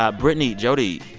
ah brittany, jody,